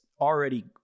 already